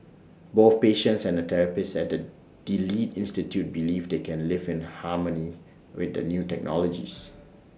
both patients and therapists at the delete institute believe they can live in harmony with the new technologies